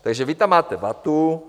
Takže vy tam máte vatu.